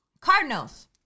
Cardinals